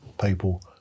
people